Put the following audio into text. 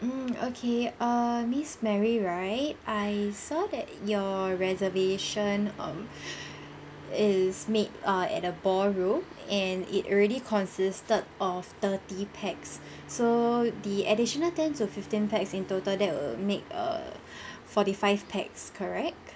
mm okay err miss mary right I saw that your reservation um is made uh at a ballroom and it already consisted of thirty pax so the additional ten to fifteen pax in total that will make uh forty five pax correct